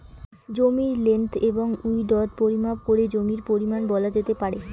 জমির লেন্থ এবং উইড্থ পরিমাপ করে জমির পরিমান বলা যেতে পারে